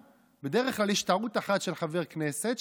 בדרך כלל יש טעות אחת של חבר כנסת,